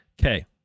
Okay